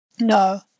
No